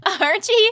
Archie